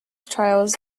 trials